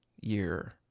year